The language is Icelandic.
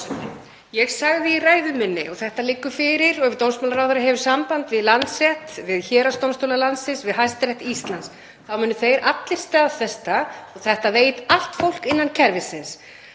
Ég sagði í ræðu minni, og þetta liggur fyrir og ef dómsmálaráðherra hefur samband við Landsrétt, við héraðsdómstóla landsins, við Hæstarétt Íslands þá munu þeir allir staðfesta það, og þetta veit allt fólk innan kerfisins,